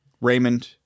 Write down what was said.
raymond